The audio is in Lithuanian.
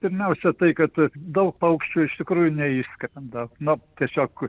pirmiausia tai kad daug paukščių iš tikrųjų neišskrenda na tiesiog